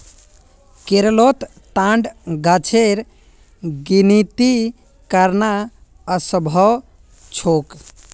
केरलोत ताड़ गाछेर गिनिती करना असम्भव छोक